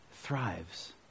thrives